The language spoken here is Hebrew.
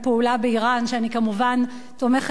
ואני כמובן תומכת בעמדה הזו,